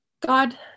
God